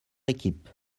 équipe